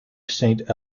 saint